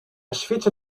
świecie